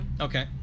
Okay